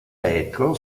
retro